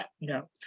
no